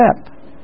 step